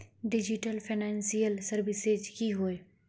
Digital financial services की होय?